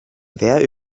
wer